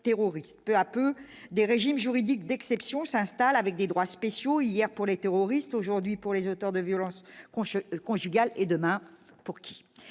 peu à peu des régimes juridiques d'exception s'installe avec des droits spéciaux hier pour les terroristes aujourd'hui pour les auteurs de violences Conche conjugal et demain, pour qui,